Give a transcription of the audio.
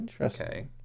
Okay